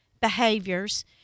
behaviors